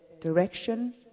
direction